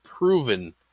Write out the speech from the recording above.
Proven